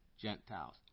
Gentiles